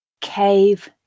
Cave